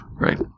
right